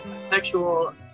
sexual